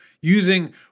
using